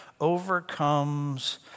overcomes